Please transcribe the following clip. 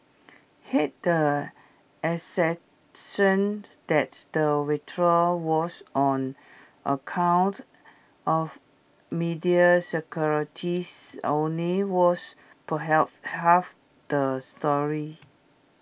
hence the assertion that the withdrawal was on account of media securities only was perhaps half the story